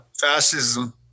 Fascism